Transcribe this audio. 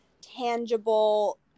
tangible